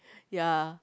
ya